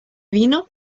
vino